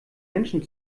menschen